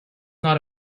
not